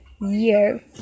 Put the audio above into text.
year